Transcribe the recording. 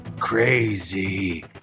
crazy